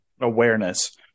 awareness